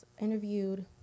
interviewed